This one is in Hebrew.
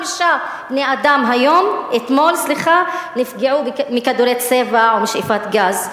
חמישה בני-אדם אתמול נפגעו מכדורי צבע ומשאיפת גז,